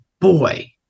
boy